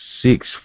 six